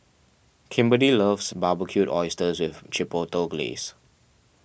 Kimberly loves Barbecued Oysters with Chipotle Glaze